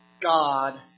God